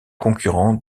concurrent